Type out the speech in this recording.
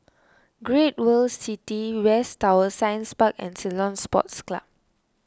Great World City West Tower Science Park and Ceylon Sports Club